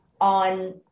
on